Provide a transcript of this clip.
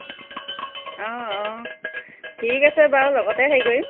অঁ অঁ ঠিক আছে বাৰু লগতে হেৰি কৰিম